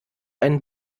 ein